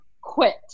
quit